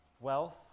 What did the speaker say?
wealth